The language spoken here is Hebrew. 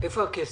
איפה הכסף?